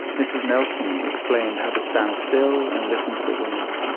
mrs. nelson explained how to stand still and listen to the wind,